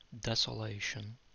desolation